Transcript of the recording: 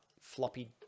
floppy